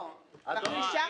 הוא עבר